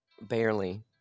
Barely